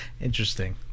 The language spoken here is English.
interesting